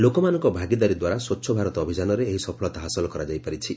ଲୋକମାନଙ୍କ ଭାଗିଦାରୀ ଦ୍ୱାରା ସ୍ୱଚ୍ଛ ଭାରତ ଅଭିଯାନରେ ଏହି ସଫଳତା ହାସଲ କରାଯାଇ ପାରିଛି